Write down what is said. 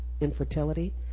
infertility